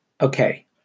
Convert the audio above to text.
Okay